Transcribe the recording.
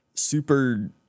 super